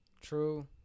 True